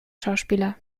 schauspieler